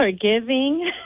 Forgiving